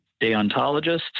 deontologists